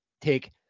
take